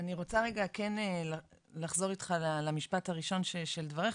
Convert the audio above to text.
אני רוצה רגע כן לחזור איתך למשפט הראשון של דבריך,